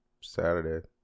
Saturday